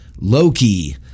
Loki